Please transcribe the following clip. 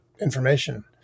information